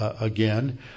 again